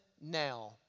now